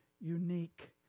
unique